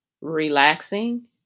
relaxing